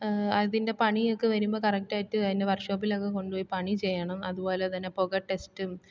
അതിൻ്റെ പണിയൊക്കെ വരുമ്പോൾ കറക്ടായിട്ട് അതിനെ വർക്ക് ഷോപ്പിലൊക്കെ കൊണ്ടുപോയി പണി ചെയ്യണം അതുപോലെ തന്നെ പുക ടെസ്റ്റും